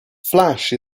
flash